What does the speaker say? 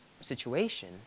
situation